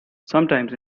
sometimes